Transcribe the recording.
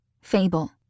fable